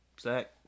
Zach